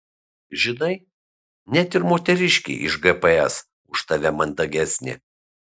žinai net ir moteriškė iš gps už tave mandagesnė